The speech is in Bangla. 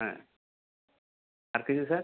হ্যাঁ আর কিছু স্যার